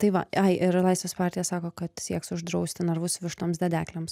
tai va ai ir laisvės partija sako kad sieks uždrausti narvus vištoms dedeklėms